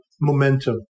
momentum